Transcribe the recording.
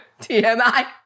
TMI